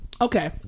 Okay